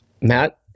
Matt